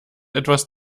etwas